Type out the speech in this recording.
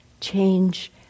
Change